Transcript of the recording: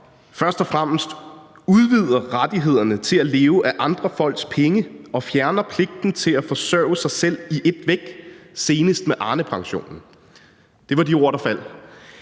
først og fremmest udvider rettighederne til at leve af andre folks penge og fjerner pligten til at forsørge sig selv i et væk, senest med Arnepensionen. Det var de ord, der faldt.